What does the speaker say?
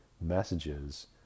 messages